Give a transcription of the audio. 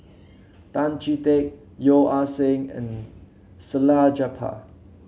Tan Chee Teck Yeo Ah Seng and Salleh Japar